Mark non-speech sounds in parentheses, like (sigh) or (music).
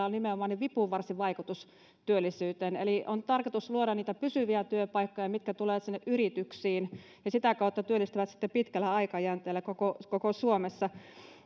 (unintelligible) on nimenomaan vipuvarsivaikutus työllisyyteen eli on tarkoitus luoda niitä pysyviä työpaikkoja mitkä tulevat sinne yrityksiin ja sitä kautta työllistävät sitten pitkällä aikajänteellä koko koko suomessa